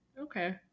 okay